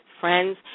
friends